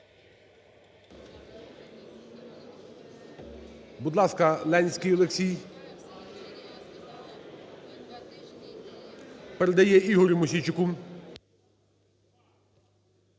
Будь ласка, Ленський Олексій. Передає Ігорю Мосійчуку.